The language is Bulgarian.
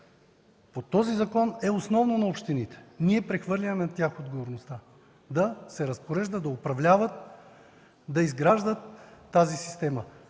по този закон е основно на общините. Ние прехвърляме на тях отговорността – да се разпореждат, да управляват, да изграждат тази система.